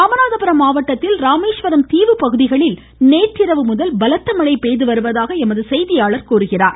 ராமநாதபுரம் மாவட்டத்தில் ராமேஸ்வரம் தீவு பகுதிகளில் நேற்றிரவுமுதல் பலத்த மழை பெய்து வருவதாக எமது செய்தியாளர் தெரிவிக்கிறார்